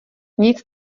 nic